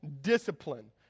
discipline